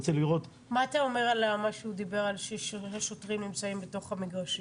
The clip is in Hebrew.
מה אתה אומר על מה שהוא דיבר על ששוטרים נמצאים בתוך המגרשים?